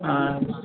yes